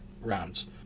rounds